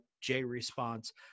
J-Response